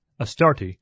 Astarte